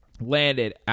landed